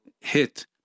hit